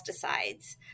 pesticides